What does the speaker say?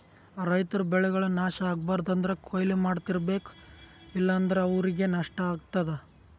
ರೈತರ್ ಬೆಳೆಗಳ್ ನಾಶ್ ಆಗ್ಬಾರ್ದು ಅಂದ್ರ ಕೊಯ್ಲಿ ಮಾಡ್ತಿರ್ಬೇಕು ಇಲ್ಲಂದ್ರ ಅವ್ರಿಗ್ ನಷ್ಟ ಆಗ್ತದಾ